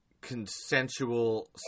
consensual